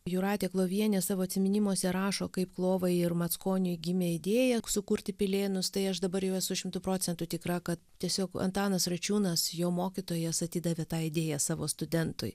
jūratė klovienė savo atsiminimuose rašo kaip klovai ir mackoniui gimė idėja sukurti pilėnus tai aš dabar jau esu šimtu procentų tikra kad tiesiog antanas račiūnas jo mokytojas atidavė tą idėją savo studentui